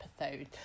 episode